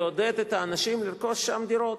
ועודד את האנשים לקנות שם דירות.